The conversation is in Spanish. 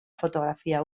fotografía